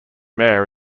mayor